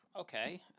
okay